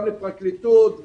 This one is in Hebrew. גם לפרקליטות,